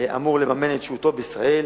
אמור לממן את שהותו בישראל,